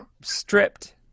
stripped